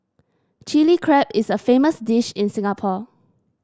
Chilli Crab is a famous dish in Singapore